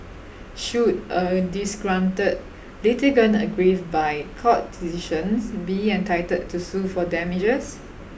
should a disgruntled litigant aggrieved by court decisions be entitled to sue for damages